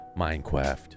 Minecraft